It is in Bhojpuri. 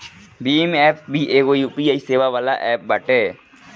भीम एप्प भी एगो यू.पी.आई सेवा वाला एप्प बाटे